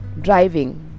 driving